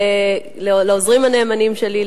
לעוזרים הנאמנים שלי,